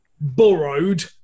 borrowed